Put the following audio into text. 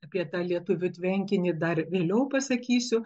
apie tą lietuvių tvenkinį dar vėliau pasakysiu